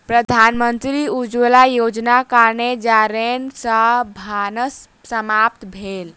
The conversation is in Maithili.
प्रधानमंत्री उज्ज्वला योजनाक कारणेँ जारैन सॅ भानस समाप्त भेल